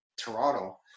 Toronto